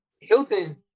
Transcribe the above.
Hilton